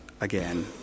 again